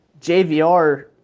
JVR